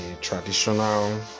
traditional